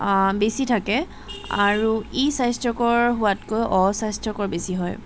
বেছি থাকে আৰু ই স্বাস্থ্যকৰ হোৱাতকৈ অস্বাস্থ্যকৰ বেছি হয়